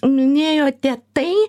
minėjote tai